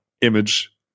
image